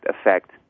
effect